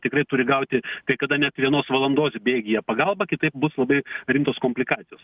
tikrai turi gauti kai kada net vienos valandos bėgyje pagalbą kitaip bus labai rimtos komplikacijos